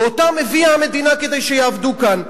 ואותם הביאה המדינה כדי שיעבדו כאן.